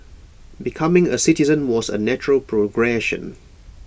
becoming A citizen was A natural progression